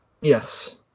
Yes